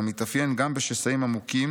המתאפיין גם בשסעים עמוקים